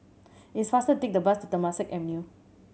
it is faster take the bus to Temasek Avenue